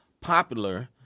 popular